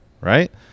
right